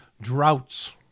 Droughts